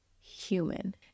human